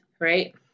right